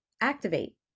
Activate